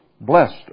blessed